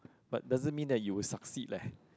but doesn't mean that you would succeed leh